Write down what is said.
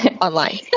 online